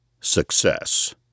Success